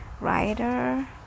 writer